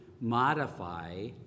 modify